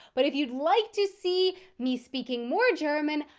but if you'd like to see me speaking more german,